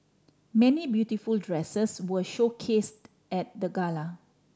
many beautiful dresses were showcased at the gala